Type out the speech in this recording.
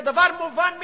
זה דבר מובן מאליו,